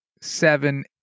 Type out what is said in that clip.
seven